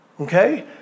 okay